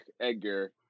Edgar